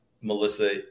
melissa